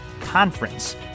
conference